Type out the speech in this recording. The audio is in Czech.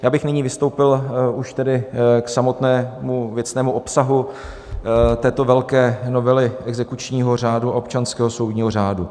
Já bych nyní vystoupil už tedy k samotnému věcnému obsahu této velké novely exekučního řádu a občanského soudního řádu.